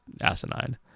asinine